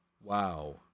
Wow